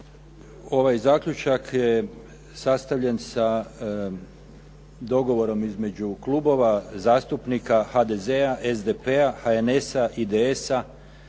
Ovaj zaključak je sastavljen sa dogovorom između klubova zastupnika HDZ-a, SDP-a, HNS-a, IDS-a,